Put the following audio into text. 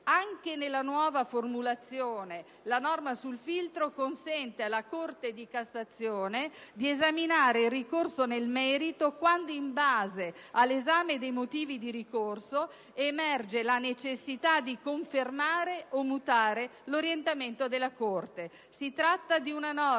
Anche nella nuova formulazione, la norma sul filtro consente alla Corte di cassazione di esaminare il ricorso nel merito quando, in base all'esame dei motivi di ricorso, emerge la necessità di confermare o mutare l'orientamento della Corte. Si tratta di una norma,